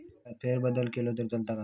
पिकात फेरबदल केलो तर चालत काय?